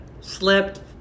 Slipped